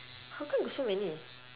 how come you so many